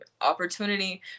opportunity